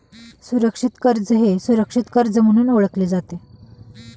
सुरक्षित कर्ज हे सुरक्षित कर्ज म्हणून ओळखले जाते